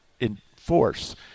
enforce